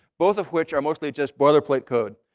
both of which are mostly just boilerplate code.